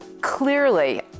Clearly